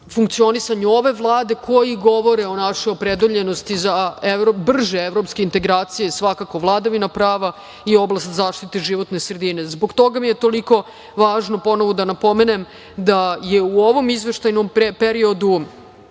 funkcionisanju ove Vlade koji govore o našoj opredeljenosti za brže evropske integracije, svakako vladavina prava i oblast zaštite životne sredine. Zbog toga mi je toliko važno ponovo da napomenem da je u ovom izveštajnom periodu,